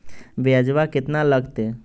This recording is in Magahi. ब्यजवा केतना लगते?